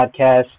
Podcast